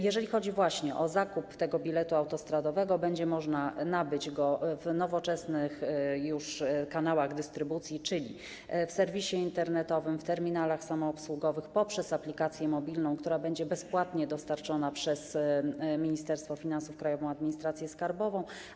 Jeżeli chodzi właśnie o zakup biletu autostradowego, będzie można nabyć go w nowoczesnych kanałach dystrybucji, czyli w serwisie internetowym, w terminalach samoobsługowych, poprzez aplikację mobilną, która będzie bezpłatnie dostarczona przez Ministerstwo Finansów, Krajową Administrację Skarbową.